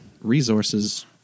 resources